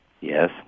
Yes